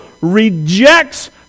rejects